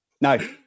no